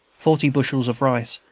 forty bushels of rice,